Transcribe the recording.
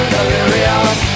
Delirium